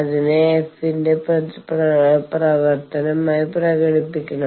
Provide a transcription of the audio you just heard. അതിനെ f ന്റെ പ്രവർത്തനമായി പ്രകടിപ്പിക്കണം